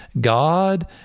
God